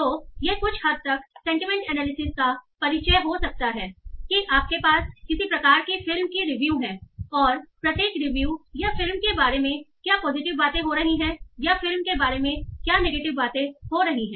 तो यह कुछ हद तक सेंटीमेंट एनालिसिस का परिचय हो सकता है कि आपके पास किसी प्रकार की फिल्म रिव्यू है और प्रत्येक रिव्यू या फिल्म के बारे में क्या पॉजिटिव बातें हो रही है या फिल्म के बारे में क्या नेगेटिव बातें हो रही है